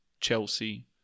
Chelsea